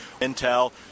Intel